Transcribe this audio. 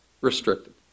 restricted